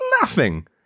laughing